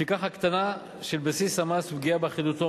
ולפיכך הקטנה של בסיס המס ופגיעה באחידותו,